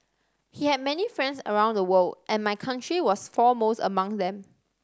he had many friends around the world and my country was foremost amongst them